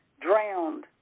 drowned